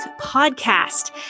podcast